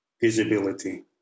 visibility